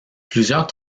plusieurs